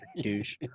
douche